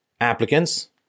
applicants